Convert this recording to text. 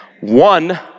One